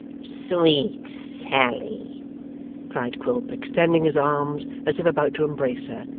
sweet sally cried quilp, extending his arms as if about to embrace her.